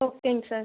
ஓகேங்க சார்